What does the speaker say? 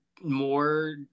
more